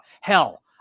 Hell